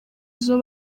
izo